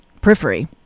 periphery